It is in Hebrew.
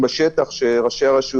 (ה)כניסת עובדי רווחה במחלקה לשירותים חברתיים